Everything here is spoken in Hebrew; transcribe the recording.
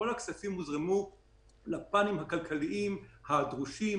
הכספים הוזרמו לכיוונים הכלכליים הדרושים,